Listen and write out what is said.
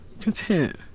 content